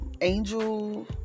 angel